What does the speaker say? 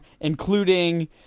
including